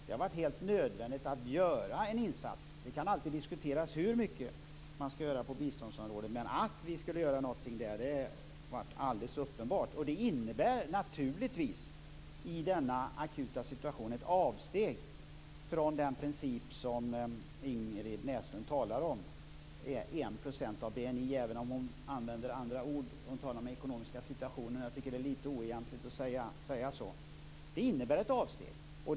Det har varit helt nödvändigt att göra en insats. Det kan alltid diskuteras hur mycket man skall göra på biståndsområdet, men att vi skulle göra någonting har varit alldeles uppenbart. Det innebär naturligtvis i denna akuta situation ett avsteg från den princip som Ingrid Näslund talar om - att biståndet skall vara 1 % av BNI - även om hon använder andra ord. Hon talar om den ekonomiska situationen. Jag tycker att det är lite oegentligt att säga så. Det innebär ett avsteg.